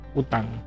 utang